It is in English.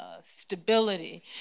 stability